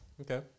Okay